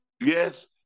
Yes